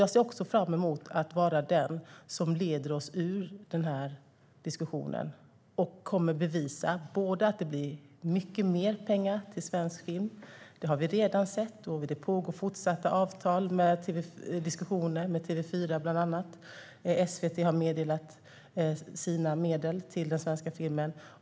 Jag ser också fram emot att vara den som leder oss ur den diskussionen. Jag kommer att bevisa att det blir mycket mer pengar till svensk film. Det har vi redan sett. Diskussioner pågår bland annat med TV4, och SVT har meddelat sina medel till svensk film.